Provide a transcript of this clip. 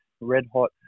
red-hot